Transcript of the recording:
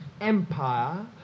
empire